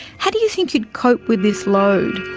how do you think you would cope with this load?